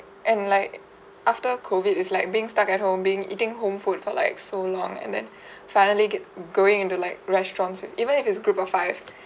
and like after COVID it's like being stuck at home being eating home food for like so long and then finally get going into like restaurants and even if it's group of five